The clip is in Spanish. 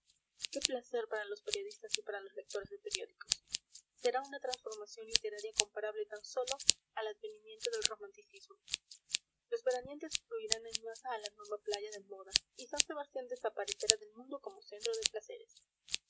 qué placer para los periodistas y para los lectores de periódicos será una transformación literaria comparable tan sólo al advenimiento del romanticismo los veraneantes afluirán en masa a la nueva playa de moda y san sebastián desaparecerá del mundo como centro de placeres